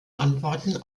antworten